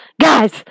Guys